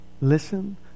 listen